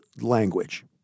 language